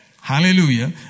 Hallelujah